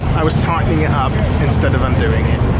i was tightening it up instead of undoing it.